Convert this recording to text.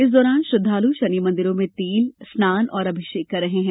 इस दौरान श्रद्वाल् शनि मंदिरों में तेल स्नान और अभिषेक कर रहे हैं